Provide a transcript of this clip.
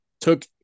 took